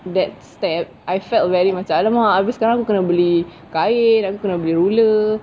that step I felt very macam !alamak! abeh sekarang kena beli kain kena beli ruler